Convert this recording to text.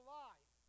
life